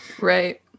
Right